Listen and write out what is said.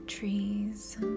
trees